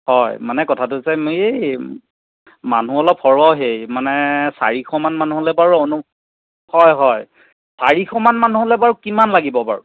হয় মানে কথাটো হৈছে এই মানুহ অলপ সৰহেই মানে চাৰিশমান মানুহলৈ বাৰু হয় হয় চাৰিশমান মানুহলৈ বাৰু কিমান লাগিব বাৰু